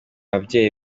babyeyi